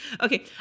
okay